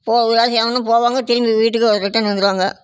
இப்போது ஒரு வேலை செய்வாங்க போவாங்க திரும்பி வீட்டுக்கே ரிட்டர்ன் வந்துடுவாங்க